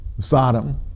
Sodom